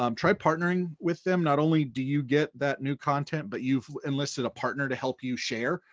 um try partnering with them, not only do you get that new content, but you've enlisted a partner to help you share.